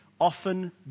often